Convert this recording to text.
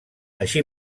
així